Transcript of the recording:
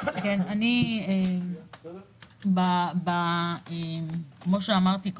כפי שאמרתי,